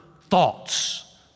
thoughts